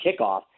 kickoff